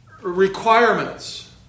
requirements